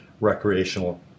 recreational